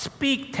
Speak